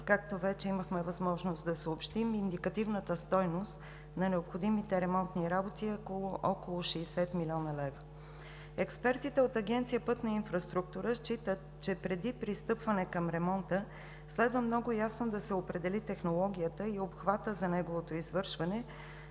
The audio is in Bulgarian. Както вече имахме възможност да съобщим, индикативната стойност на необходимите ремонтни работи е около 60 млн. лв. Експертите от Агенция „Пътна инфраструктура“ считат, че преди пристъпване към ремонта следва много ясно да се определи технологията и обхватът за неговото извършване,